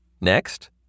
Next